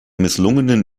misslungenen